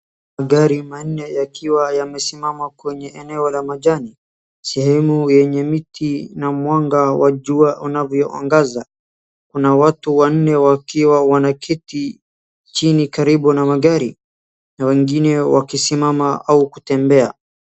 Magari manne yakiwa yamesimama kwenye eneo la majani, sehemu yenye miti na mwanga wa jua unavyoangaza. Kuna watu wanne wakiwa wanaketi chini karibu na magari wengine wakisimama au kutembea.